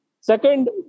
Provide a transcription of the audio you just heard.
Second